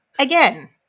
again